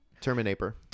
Terminator